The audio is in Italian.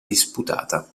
disputata